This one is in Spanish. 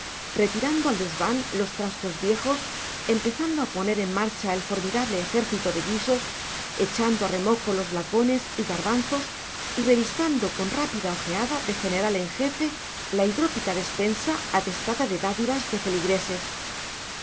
retirando al desván los trastos viejos empezando a poner en marcha el formidable ejército de guisos echando a remojo los lacones y garbanzos y revistando con rápida ojeada de general en jefe la hidrópica despensa atestada de dádivas de feligreses